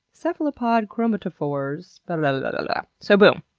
cephalopod chromatophores, but and but and so boom!